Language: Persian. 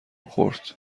خورد